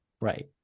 Right